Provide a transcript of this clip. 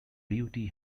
beauty